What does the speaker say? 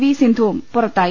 V സിന്ധുവും പുറത്തായി